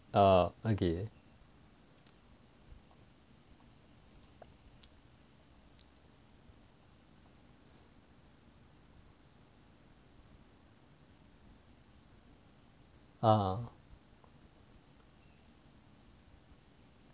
err okay err